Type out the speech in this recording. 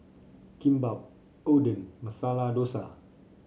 Kimbap Oden Masala Dosa